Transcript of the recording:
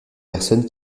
personne